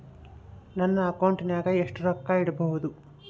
ನನ್ನ ಅಕೌಂಟಿನಾಗ ಎಷ್ಟು ರೊಕ್ಕ ಇಡಬಹುದು?